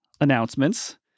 announcements